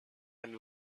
and